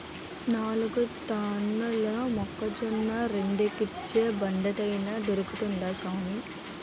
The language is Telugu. నాలుగు టన్నుల మొక్కజొన్న రోడ్డేక్కించే బండేదైన దొరుకుద్దా సామీ